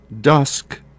dusk